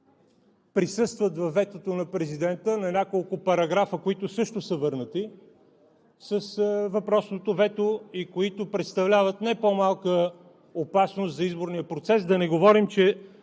присъстват във ветото на президента, на няколко параграфа, които също са върнати с въпросното вето и които представляват не по-малка опасност за изборния процес. Да не говорим, че